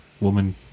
woman